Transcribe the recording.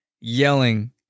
yelling